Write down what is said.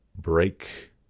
Break